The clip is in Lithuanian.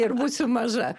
ir būsiu maža